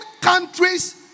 countries